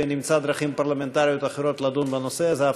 ונמצא דרכים פרלמנטריות אחרות לדון בנושא הזה.